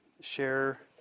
share